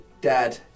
dad